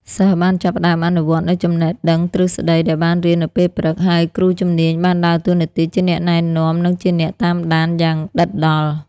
សិស្សបានចាប់ផ្តើមអនុវត្តនូវចំណេះដឹងទ្រឹស្តីដែលបានរៀននៅពេលព្រឹក ហើយគ្រូជំនាញបានដើរតួនាទីជាអ្នកណែនាំនិងជាអ្នកតាមដានយ៉ាងដិតដល់។